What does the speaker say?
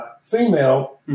female